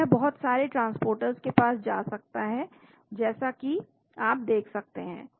तो यह बहुत सारे ट्रांसपोर्टर्स के पास जा सकता है जैसा कि आप देख सकते हैं